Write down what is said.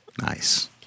Nice